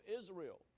Israel